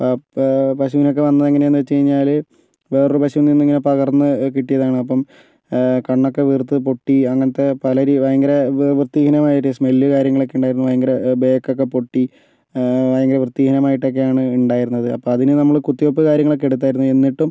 പ്പ ഇപ്പോൾ പശുവിനൊക്കെ വന്നതെങ്ങനെയാന്ന് വെച്ച് കഴിഞ്ഞാല് വേറൊരു പശുവിൽ നിന്നിങ്ങനെ പകർന്ന് കിട്ടിയതാണ് അപ്പം കണ്ണൊക്കെ വീർത്ത് പൊട്ടി അങ്ങനത്തെ പല രീ ഭയങ്കര വൃ വൃത്തിഹീനമായിട്ട് സ്മെല്ല് കാര്യങ്ങളൊക്കെയുണ്ടായിരുന്നു ഭയങ്കര ബാക്കൊക്കെ പൊട്ടി ഭയങ്കര വൃത്തിഹീനമായിട്ടൊക്കെയാണ് ഉണ്ടായിരുന്നത് അപ്പം അതിന് നമ്മള് കുത്തിവെപ്പ് കാര്യങ്ങളൊക്കെ എടുത്തായിരുന്നു എന്നിട്ടും